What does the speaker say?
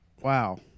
Wow